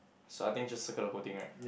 so I think just circle the whole thing right